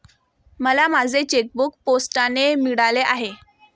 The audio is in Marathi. मला माझे चेकबूक पोस्टाने मिळाले आहे